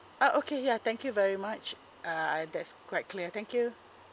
uh okay yeah thank you very much uh that's quite clear thank you